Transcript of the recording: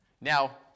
Now